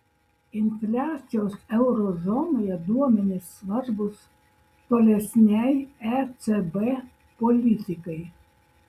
infliacijos euro zonoje duomenys svarbūs tolesnei ecb politikai